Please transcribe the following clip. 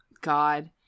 God